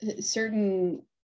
certain